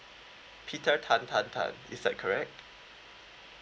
peter tan tan tan is that correct